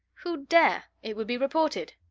who'd dare? it would be reported.